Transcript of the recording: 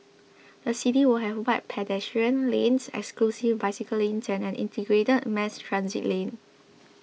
the city will have wide pedestrian lanes exclusive bicycle lanes and an integrated mass transit lane